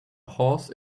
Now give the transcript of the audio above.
horse